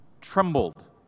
trembled